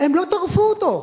הם לא טרפו אותו.